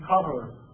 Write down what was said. cover